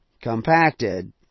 compacted